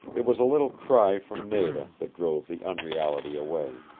it was a little cry from nada that drove the unreality away.